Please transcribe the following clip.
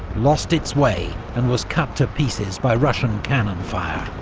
lost its way, and was cut to pieces by russian cannon fire.